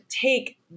take